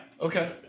Okay